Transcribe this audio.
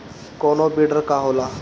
कोनो बिडर का होला?